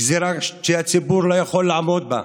גזרה שהציבור לא יכול לעמוד בה,